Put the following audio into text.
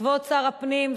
כבוד שר הפנים,